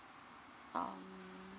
uh